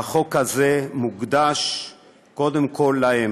והחוק הזה מוקדש קודם כול להן: